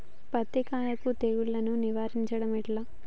పత్తి కాయకు తెగుళ్లను నివారించడం ఎట్లా?